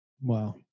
Wow